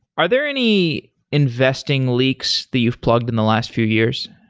are there any investing leaks that you've plugged in the last few years?